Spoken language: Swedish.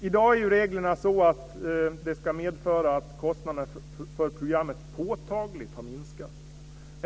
I dag är reglerna sådana att det ska medföra att kostnaderna för programmet påtagligt har minskat.